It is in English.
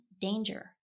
danger